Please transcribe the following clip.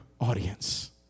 audience